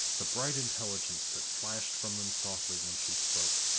the bright intelligence that flashed from them softly when she spoke.